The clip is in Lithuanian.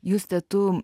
juste tu